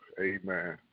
Amen